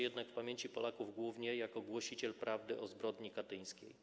Jednak w pamięci Polaków zapisał się głównie jako głosiciel prawdy o zbrodni katyńskiej.